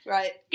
Right